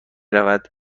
رود